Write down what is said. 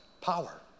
power